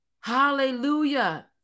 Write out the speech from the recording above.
Hallelujah